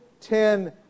ten